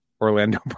Orlando